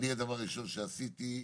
הראשון שעשיתי,